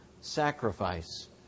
sacrifice